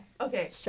Okay